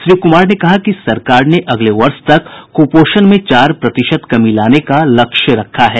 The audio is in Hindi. श्री कुमार ने कहा कि सरकार ने अगले वर्ष तक कुपोषण में चार प्रतिशत कमी लाने का लक्ष्य रखा है